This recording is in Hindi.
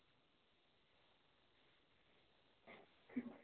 हाँ जितना हो सके उतना कर देना हाँ